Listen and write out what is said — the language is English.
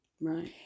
right